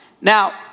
Now